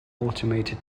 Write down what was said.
automated